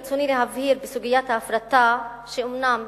ברצוני להבהיר בסוגיית ההפרטה שאומנם